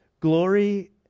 Glory